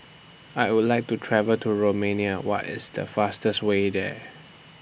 I Would like to travel to Romania What IS The fastest Way There